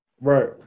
Right